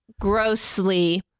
grossly